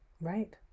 right